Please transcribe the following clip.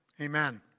Amen